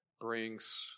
brings